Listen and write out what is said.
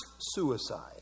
suicide